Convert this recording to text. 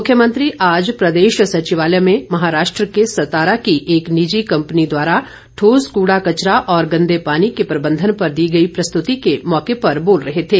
मुख्यमंत्री आज प्रदेश सचिवालय में महाराष्ट्र के सतारा की एक निजी कंपनी द्वारा ठोस कूड़ा कचरा और गंदे पानी के प्रबंधन पर दी गई प्रस्तुति के मौके पर बोल रहे थे